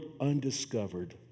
undiscovered